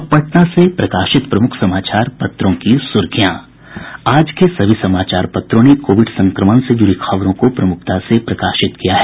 अब पटना से प्रकाशित प्रमुख समाचार पत्रों की सुर्खियां आज के सभी समाचार पत्रों ने कोविड संक्रमण से जुड़ी खबरों को प्रमुखता से प्रकाशित किया है